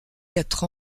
quatre